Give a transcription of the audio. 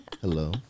Hello